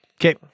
Okay